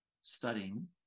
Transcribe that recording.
studying